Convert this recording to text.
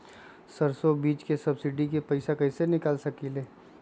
सरसों बीज के सब्सिडी के पैसा कईसे निकाल सकीले?